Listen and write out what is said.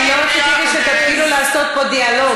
אני לא ארשה שתתחילו לעשות פה דיאלוג.